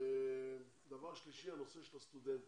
דבר שלישי, הנושא של הסטודנטים,